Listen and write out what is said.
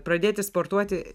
pradėti sportuoti